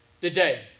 today